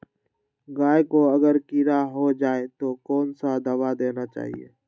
गाय को अगर कीड़ा हो जाय तो कौन सा दवा देना चाहिए?